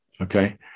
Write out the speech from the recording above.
okay